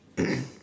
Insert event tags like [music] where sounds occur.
[coughs]